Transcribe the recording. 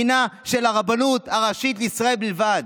הינה של הרבנות הראשית לישראל בלבד".